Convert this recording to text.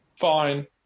Fine